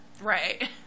Right